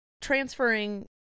transferring